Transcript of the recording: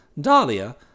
Dahlia